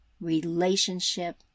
relationship